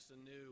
anew